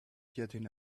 jetting